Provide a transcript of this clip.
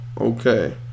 Okay